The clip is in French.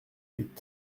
huit